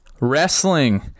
Wrestling